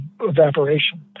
evaporation